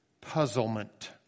puzzlement